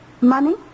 money